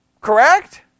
Correct